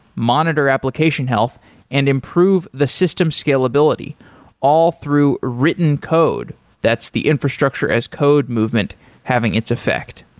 monitor application health and improve the system scalability all through written code. that's the infrastructure as code movement having its effect.